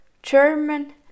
German